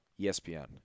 ESPN